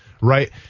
Right